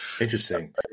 Interesting